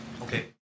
Okay